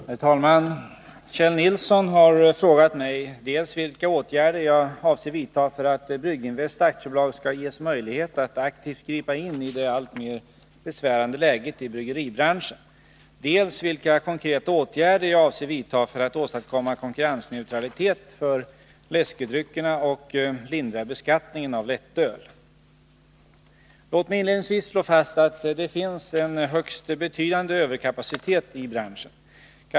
Herr talman! Kjell Nilsson har frågat mig dels vilka åtgärder jag avser vidta för att Brygginvest AB skall ges möjlighet att aktivt gripa in i det alltmer besvärande läget i bryggeribranschen, dels vilka konkreta åtgärder jag avser 157 vidta för att åstadkomma konkurrensneutralitet för läskedryckerna och lindra beskattningen av lättöl. Låt mig inledningsvis slå fast att det finns en högst betydande överkapacitet i branschen.